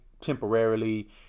temporarily